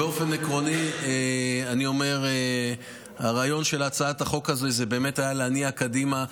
באופן עקרוני אני אומר שהרעיון של הצעת החוק הזאת הוא באמת להניע קדימה.